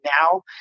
now